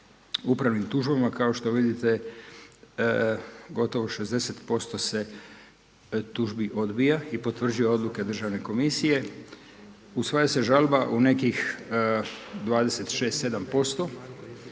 upravnim tužbama, kao što vidite gotovo 60% tužbi se odbija i potvrđuje odluke Državne komisije. Usvaja se žalba u nekih 26,